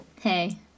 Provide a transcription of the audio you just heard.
Hey